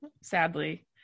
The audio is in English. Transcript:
sadly